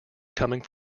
coming